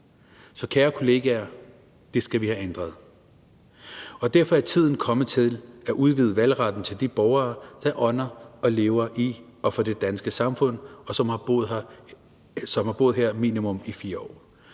Så kære kolleger: Det skal vi have ændret. Og derfor er tiden kommet til at udvide valgretten til de borgere, der ånder og lever i og for det danske samfund, og som har boet her i minimum 4 år.